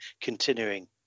continuing